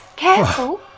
Careful